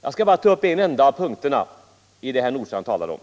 Jag skall bara ta upp en enda av punkterna i det som herr Nordstrandh talade om.